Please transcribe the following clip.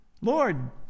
Lord